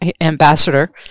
ambassador